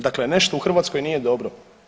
Dakle, nešto u Hrvatskoj nije dobro.